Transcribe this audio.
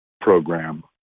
program